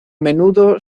menudo